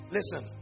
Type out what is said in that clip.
Listen